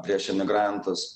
prieš imigrantus